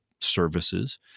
services